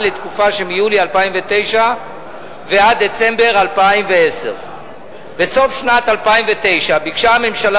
לתקופה שמיולי 2009 ועד דצמבר 2010. בסוף שנת 2009 ביקשה הממשלה